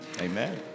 Amen